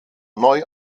neu